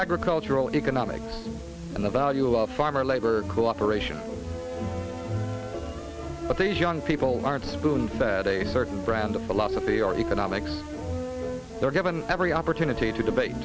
agricultural economics and the value of farmer labor cooperation with young people aren't spoon fed a certain brand of philosophy or economics they're given every opportunity to debate